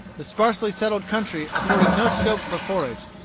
the sparsely settled country afforded no scope for forage.